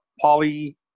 Poly